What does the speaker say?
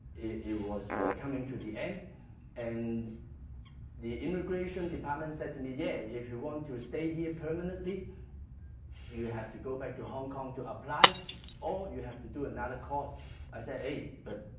it was coming to the end and the immigration department said to me yeah if you want to stay here permanently you have to go back to hong kong to apply or you have to do another course i say ah, but